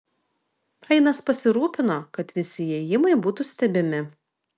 ainas pasirūpino kad visi įėjimai būtų stebimi